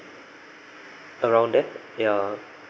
around there ya